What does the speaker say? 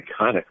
iconic